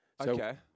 Okay